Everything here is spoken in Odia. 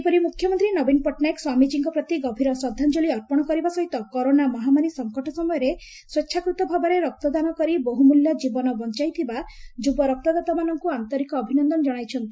ସେହିପରି ମୁଖ୍ୟମନ୍ତୀ ନବୀନ ପଟ୍ଟନାୟକ ସ୍ୱାମୀଜୀଙ୍କ ପ୍ରତି ଗଭୀର ଶ୍ରଦ୍ଧାଞ୍ଞଳି ଅର୍ପଣ କରିବା ସହିତ କରୋନା ମହାମାରୀ ସଙ୍କଟ ସମୟରେ ସ୍ୱେଛାକୃତ ଭାବରେ ରକ୍ତଦାନ କରି ବହୁମୂଲ୍ୟ ଜୀବନ ବଂଚାାଇଥିବା ଯୁବ ରକ୍ତଦାତାମାନଙ୍କୁ ଆନ୍ତରିକ ଅଭିନନନ ଜଶାଇଛନ୍ତି